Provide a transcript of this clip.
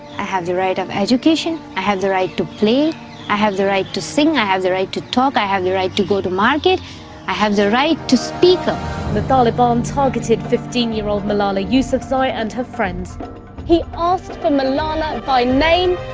i have the right of education. i have the right to play i have the right to sing i have the right to talk. i have the right to go to market i have the right to speak up with all upon targeted fifteen-year-old malala yousufzai and her friends he asked for malone by name,